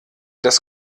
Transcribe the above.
das